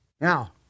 Now